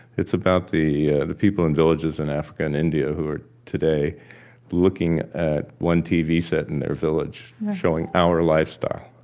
it's about the ah the people in villages in africa and india who are today looking at one tv set in their village showing our lifestyle.